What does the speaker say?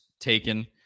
taken